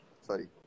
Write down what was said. Sorry